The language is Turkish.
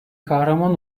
kahraman